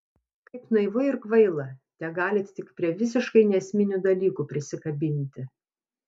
kaip naivu ir kvaila tegalit tik prie visiškai neesminių dalykų prisikabinti